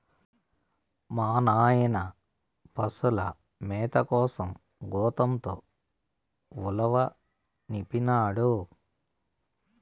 మా నాయన పశుల మేత కోసం గోతంతో ఉలవనిపినాడు